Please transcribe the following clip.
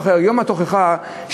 יום התוכחה,